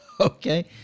Okay